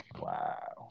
Wow